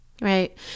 Right